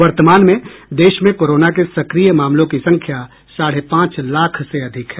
वर्तमान में देश में कोरोना के सक्रिय मामलों की संख्या साढ़े पांच लाख से अधिक है